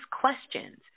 questions